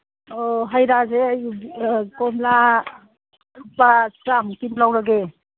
ꯑꯣ ꯍꯩꯔꯥꯁꯦ ꯑꯩ ꯀꯣꯝꯂꯥ ꯂꯨꯄꯥ ꯆꯥꯝꯃꯨꯛꯀꯤ ꯑꯗꯨꯝ ꯂꯧꯔꯒꯦ